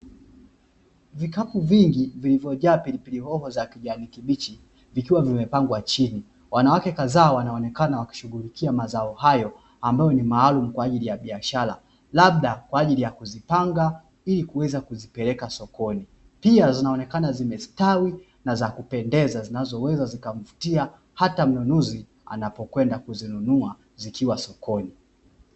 Vikapu vingi vilivyojaa pilipili hoho za kijani kibichi vikiwa vimepangwa chini, wanawake kadhaa wanaonekana wakishughulikia mazao hayo, ambayo ni maalumu kwa ajili ya biashara, labda kwa ajili ya kuzipanga ili kuweza kuzipeleka sokoni ,pia zinaonekana zimestawi na za kupendeza zinazoweza zikamvutia hata mnunuzi anapokwenda kuzinunua zikiwa sokoni.